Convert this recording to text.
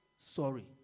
Sorry